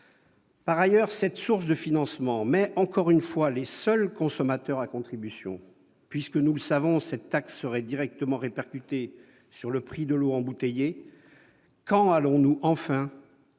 Par ailleurs, cette source de financement met, encore une fois, les seuls consommateurs à contribution, puisque- nous le savons -cette taxe serait directement répercutée sur le prix de l'eau embouteillée. Quand allons-nous enfin